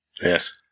Yes